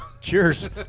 Cheers